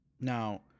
Now